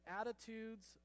attitudes